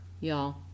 y'all